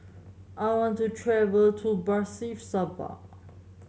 I want to travel to Bratislava